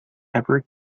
ever